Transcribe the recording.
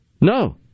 No